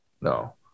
No